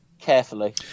carefully